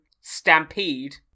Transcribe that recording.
stampede